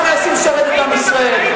אנחנו נהנים לשרת את עם ישראל.